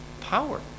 Power